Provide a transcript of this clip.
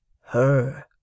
Her